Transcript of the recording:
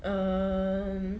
um